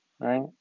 right